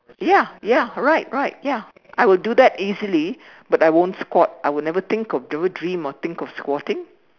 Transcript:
ya ya right right ya I will do that easily but I won't squat I would never think of never dream or think of squatting